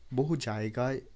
বহু জায়গায়